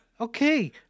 Okay